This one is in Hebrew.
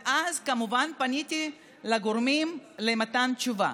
ואז כמובן פניתי לגורמים למתן תשובה.